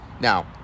Now